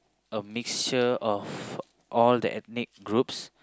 a mixture of all the ethnic groups